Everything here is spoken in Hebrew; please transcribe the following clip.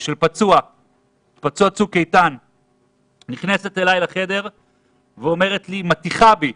של פצוע צוק איתן נכנסת אליי לחדר ומטיחה בי: